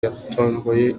yatomboye